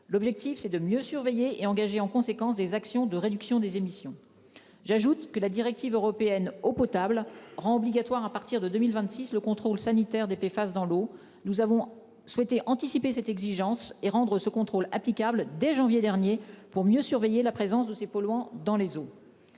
L'objectif c'est de mieux surveiller et engagé en conséquence des actions de réduction des émissions. J'ajoute que la directive européenne eau potable rend obligatoire à partir de 2026, le contrôle sanitaire des face dans l'eau, nous avons souhaité anticiper cette exigence et rendre ce contrôle applicable dès janvier dernier pour mieux surveiller la présence de ces polluants dans les eaux.